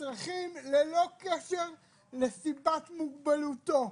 וצרכים ללא קשר לסיבת מוגבלותו.